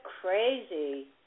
crazy